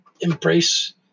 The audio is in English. embrace